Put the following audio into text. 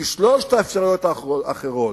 כי שלוש האפשרויות האחרות,